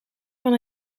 van